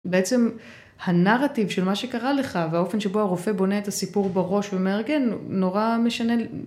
בעצם הנרטיב של מה שקרה לך והאופן שבו הרופא בונה את הסיפור בראש ומארגן נורא משנה.